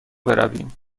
برویم